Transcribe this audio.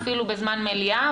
אפילו בזמן מליאה.